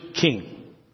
king